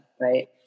Right